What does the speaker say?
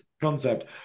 concept